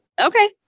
okay